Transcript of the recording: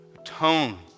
Atone